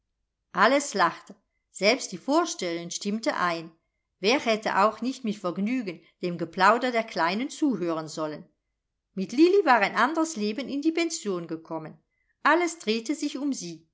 alles lachte selbst die vorsteherin stimmte ein wer hätte auch nicht mit vergnügen dem geplauder der kleinen zuhören sollen mit lilli war ein andres leben in die pension gekommen alles drehte sich um sie